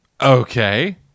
Okay